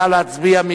נא להצביע.